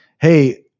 hey